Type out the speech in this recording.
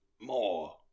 more